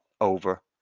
over